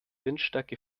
windstärke